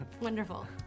Wonderful